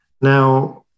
Now